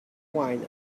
wine